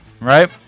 right